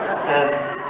says,